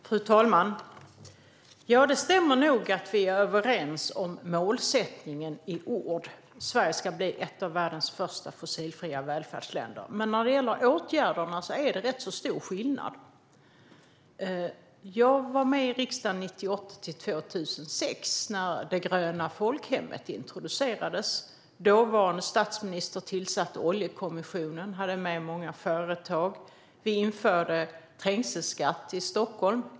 Fru talman! Det stämmer att vi är överens om målsättningen i ord: Sverige ska bli ett av världens första fossilfria välfärdsländer. Men när det gäller åtgärderna är det rätt stor skillnad. Jag satt i riksdagen 1998-2006 när det gröna folkhemmet introducerades. Den dåvarande statsministern tillsatte Oljekommissionen och hade med många företag. Vi införde trängselskatt i Stockholm.